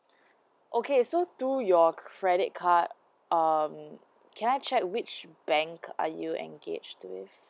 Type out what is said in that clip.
okay so through your credit card um can I check which bank are you engaged with